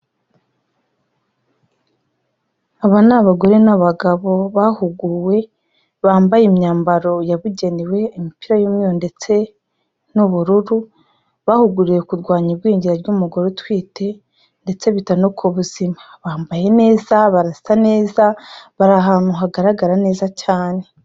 Aba ni abagore n'abagabo bahuguwe, bambaye imyambaro yabugenewe imipira y'umweru ndetse n'ubururu, bahuguriye kurwanya igwingira ry'umugore utwite ndetse bita no ku buzima. Bambaye neza, barasa neza, bari ahantu hagaragara neza cyane.